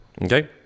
Okay